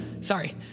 sorry